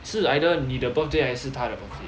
是 either 你的 birthday 还是他的 birthday